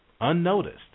unnoticed